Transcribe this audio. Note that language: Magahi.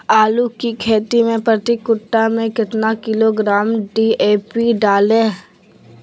आलू की खेती मे प्रति कट्ठा में कितना किलोग्राम डी.ए.पी डाले?